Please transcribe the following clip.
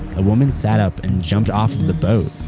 a woman sat up and jumped off of the boat!